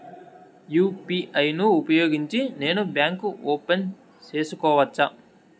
UPI ను ఉపయోగించి నేను బ్యాంకు ఓపెన్ సేసుకోవచ్చా?